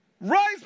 rise